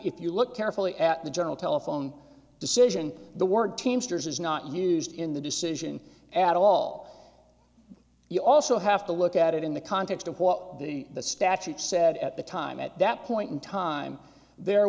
you look carefully at the general telephone decision the word teamsters is not used in the decision at all you also have to look at it in the context of what the statute said at the time at that point in time there